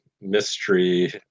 mystery